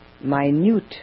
minute